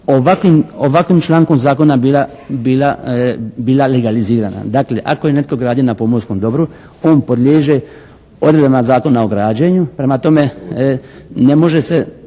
ovakvim člankom zakona bila legalizirana. Dakle, ako je netko gradio na pomorskom dobru on podliježe odredbama Zakona o građenju. Prema tome, ne može se